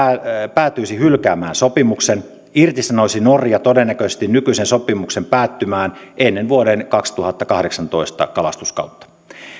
päätyisi hylkäämään sopimuksen irtisanoisi norja todennäköisesti nykyisen sopimuksen päättymään ennen vuoden kaksituhattakahdeksantoista kalastuskautta